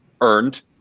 earned